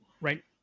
right